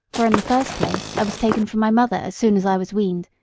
for in the first place i was taken from my mother as soon as i was weaned,